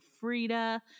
Frida